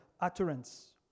utterance